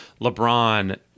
LeBron